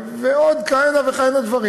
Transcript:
ועוד כהנה וכהנה דברים,